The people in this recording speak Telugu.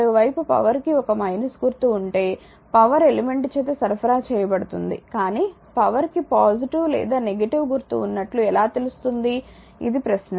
మరోవైపు పవర్ కి ఒక గుర్తు ఉంటే పవర్ ఎలిమెంట్ చేత సరఫరా చేయబడుతోంది కానీ పవర్ కి పాజిటివ్ లేదా నెగిటివ్ గుర్తు ఉన్నట్లు ఎలా తెలుస్తుంది ఇది ప్రశ్న